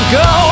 go